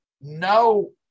no